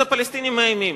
אז הפלסטינים מאיימים,